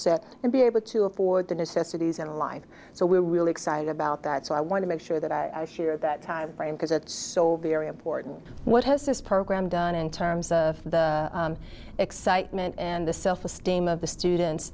set and be able to afford the necessities of life so we're really excited about that so i want to make sure that i share that timeframe because it's so very important what has this program done in terms of the excitement and the self esteem of the students